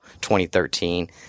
2013